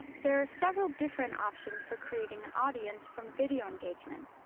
there are several different options for creating an audience from video engagement.